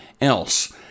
else